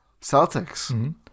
Celtics